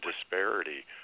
disparity